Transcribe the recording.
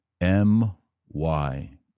M-Y